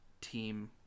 team